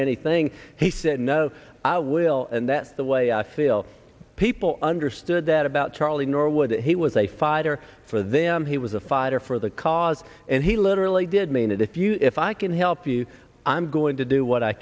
anything he said no i will and that's the way i feel people understood that about charlie norwood he was a fighter for them he was a fighter for the cause and he literally did mean it if you if i can help you i'm going to do what i